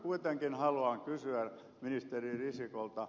kuitenkin haluan kysyä ministeri risikolta